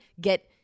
get